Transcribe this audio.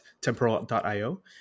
Temporal.io